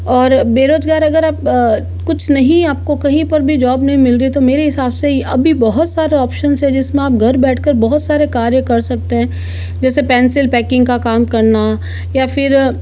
और बेरोजगार अगर आप आ कुछ नहीं आपको कहीं पर भी जॉब नहीं मिल रही है तो मेरे हिसाब से अभी बहुत सारे ऑप्शंस है जिसमें आप घर बैठकर बहुत सारे कार्य कर सकते है जैसे पेंसिल पैकिंग का काम करना या फिर